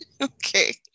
Okay